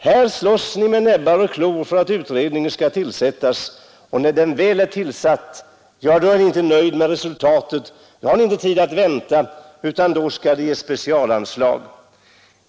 Här slåss ni med näbbar och klor för att utredningen skall arbetsmiljö m.m. tillsättas, och när den väl är tillsatt har ni inte tid att vänta på resultatet utan vill ge specialanslag.